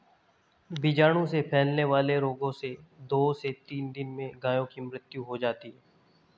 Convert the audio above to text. बीजाणु से फैलने वाले रोगों से दो से तीन दिन में गायों की मृत्यु हो जाती है